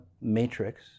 matrix